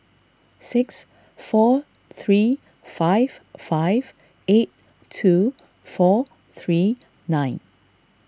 six four three five five eight two four three nine